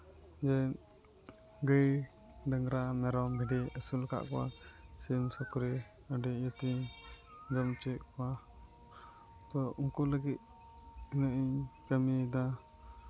ᱡᱮ ᱜᱟᱹᱭ ᱰᱟᱝᱨᱟ ᱢᱮᱨᱚᱢ ᱵᱷᱤᱰᱤ ᱟᱹᱥᱩᱞ ᱠᱟᱜ ᱠᱚᱣᱟ ᱥᱤᱢ ᱥᱩᱠᱨᱤ ᱟᱹᱰᱤ ᱤᱭᱟᱹᱛᱮᱧ ᱡᱚᱢ ᱦᱚᱪᱚᱭᱮᱫ ᱠᱚᱣᱟ ᱛᱚ ᱩᱱᱠᱩ ᱞᱟᱹᱜᱤᱫ ᱛᱤᱱᱟᱹᱜ ᱤᱧ ᱠᱟᱹᱢᱤᱭᱮᱫᱟ